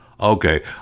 okay